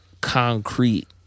concrete